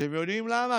אתם יודעים למה?